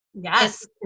Yes